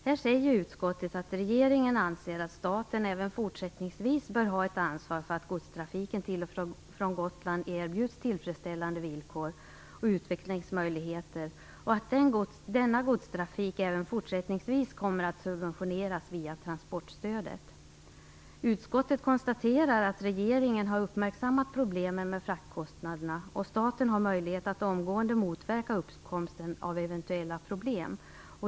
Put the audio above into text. Här säger utskottet att regeringen anser att staten även fortsättningsvis bör ha ett ansvar för att godstrafiken till och från Gotland erbjuds tillfredsställande villkor och utvecklingsmöjligheter och att denna godstrafik även fortsättningsvis kommer att subventioneras via transportstödet. Utskottet konstaterar att regeringen har uppmärksammat problemen med fraktkostnaderna. Staten har möjlighet att omgående motverka uppkomsten av eventuella problem.